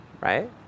right